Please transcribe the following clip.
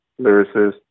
lyricist